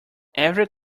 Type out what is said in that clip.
every